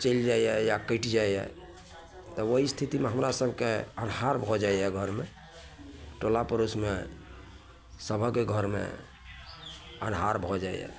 चलि जाइए या कटि जाइए तब ओहि स्थितिमे हमरा सबके अनहार भऽ जाइए घरमे टोला पड़ोसमे सभक घरमे अनहार भऽ जाइए